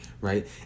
right